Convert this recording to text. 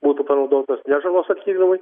būtų panaudotas ne žalos atlyginimui